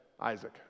Isaac